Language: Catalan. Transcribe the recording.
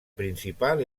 principal